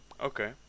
okay